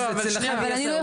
אז אצלכם יהיו סייעות ואצלנו לא.